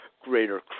greater